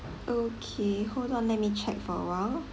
okay hold on let me check for a while